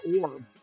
orb